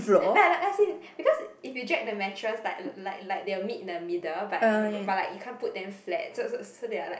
like like like as in because if you drag the mattress like like like they will meet in the middle but but like you can't put them flat so so so they are like